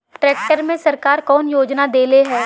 Tractor मे सरकार कवन योजना देले हैं?